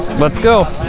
let's go,